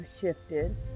shifted